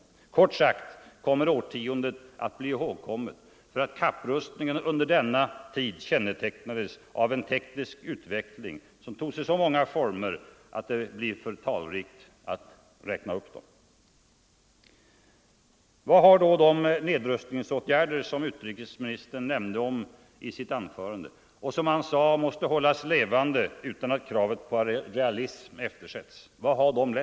Kort sagt kommer årtiondet att bli ihågkommet för att kapprustningen under denna tid kännetecknades av en teknisk utveckling som tog sig så många former, att de blir för talrika att uppräknas.” Vad har då de nedrustningsåtgärder som utrikesministern nämnde i sitt anförande, och som han sade ”måste hållas levande utan att kravet på realism eftersätts” , lett till?